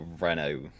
Renault